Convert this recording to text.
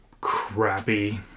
crappy